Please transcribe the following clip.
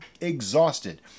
exhausted